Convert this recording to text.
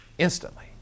Instantly